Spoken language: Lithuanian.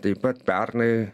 taip pat pernai